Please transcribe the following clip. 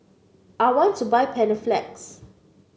I want to buy Panaflex